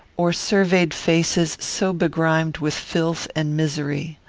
or surveyed faces so begrimed with filth and misery.